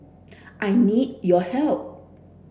I need your help